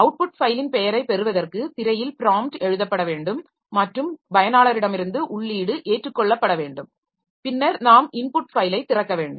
out put ஃபைலின் பெயரைப் பெறுவதற்கு திரையில் ப்ராம்ப்ட் எழுதப்பட வேண்டும் மற்றும் பயனரிடமிருந்து உள்ளீடு ஏற்றுக்கொள்ளப்பட வேண்டும் பின்னர் நாம் இன்புட் ஃபைலை திறக்க வேண்டும்